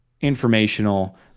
informational